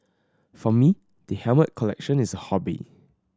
for me the helmet collection is a hobby